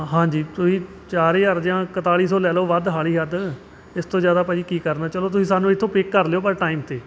ਹਾਂਜੀ ਤੁਸੀਂ ਚਾਰ ਹਜ਼ਾਰ ਜਾਂ ਇਕਤਾਲੀ ਸੌ ਲੈ ਲਓ ਵੱਧ ਵਾਲੀ ਹੱਦ ਇਸ ਤੋਂ ਜ਼ਿਆਦਾ ਭਾਅ ਜੀ ਕੀ ਕਰਨਾ ਚਲੋ ਤੁਸੀਂ ਸਾਨੂੰ ਇੱਥੋਂ ਪਿਕ ਕਰ ਲਿਓ ਪਰ ਟਾਈਮ 'ਤੇ